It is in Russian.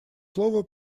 слово